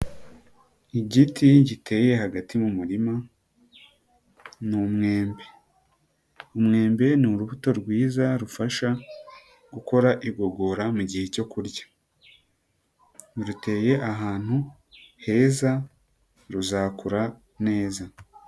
Igiti giteye hagati mu murima ni umwembe, umwembe ni urubuto rwiza rufasha gukora igogora mu gihe cyo kurya, ruteye ahantu heza ruzakura neza.